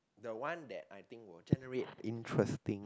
the one that I think will generate interesting